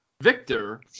Victor